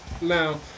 Now